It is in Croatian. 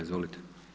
Izvolite.